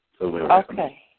Okay